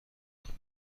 داریم